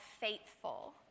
faithful